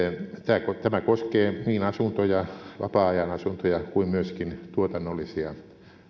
tämä koskee niin asuntoja vapaa ajanasuntoja kuin myöskin tuotannollisia